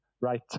right